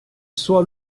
soit